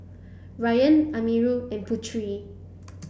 Ryan Amirul and Putri